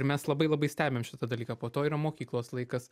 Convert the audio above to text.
ir mes labai labai stebim šitą dalyką po to yra mokyklos laikas